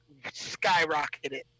skyrocketed